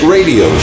Radio